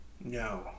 No